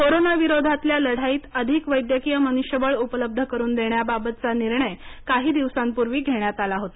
corona विरोधातल्या लढाईत अधिक वैद्यकीय मनुष्यबळ उपलब्ध करून देण्याबाबतचा निर्णय काही दिवसांपूर्वी घेण्यात आला होता